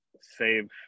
save